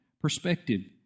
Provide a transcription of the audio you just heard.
perspective